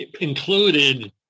included